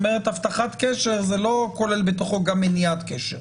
את אומרת: הבטחת קשר זה לא כולל בתוכו גם מניעת קשר.